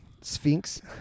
Sphinx